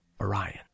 Orion